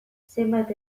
zenbat